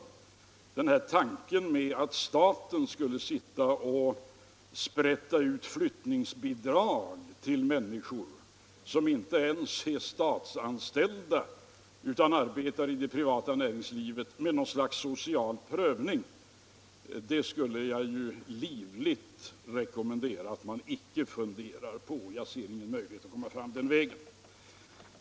Tanken att staten med något slags social prövning skulle sprätta ut flyttningsbidrag till människor som inte ens är statsanställda utan arbetar i det privata näringslivet, den skulle jag livligt rekommendera att man icke funderar på. Jag ser ingen möjlighet att komma fram den vägen.